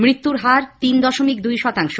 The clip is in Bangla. মৃত্যুর হার তিন দশমিক দুই শতাংশ